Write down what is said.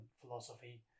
philosophy